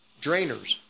drainers